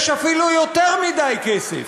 יש אפילו יותר מדי כסף?